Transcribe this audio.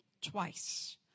twice